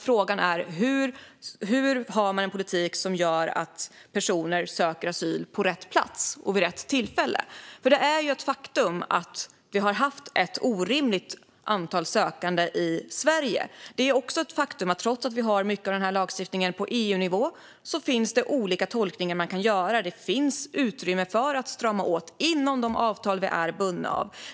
Frågan är hur man kan få en politik som gör att personer söker asyl på rätt plats och vid rätt tillfälle, för det är ju ett faktum att vi har haft ett orimligt antal asylsökande i Sverige. Det är också ett faktum att man, trots att vi har mycket av lagstiftningen på EU-nivå, kan göra olika tolkningar. Det finns utrymme för att strama åt inom de avtal som vi är bundna av.